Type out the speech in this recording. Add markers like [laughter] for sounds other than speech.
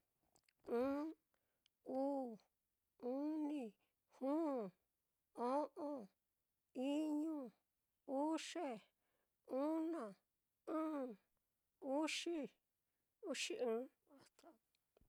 Ɨ́ɨ́n, uu, uni, juu, o'on, iñu, uxie, una, ɨ̄ɨ̱n, uxi, uxiɨ́ɨ́n. [noise]